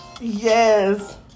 Yes